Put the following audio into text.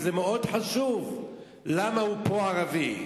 וזה מאוד חשוב למה הוא פה ערבי.